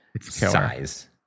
size